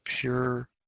pure